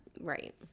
Right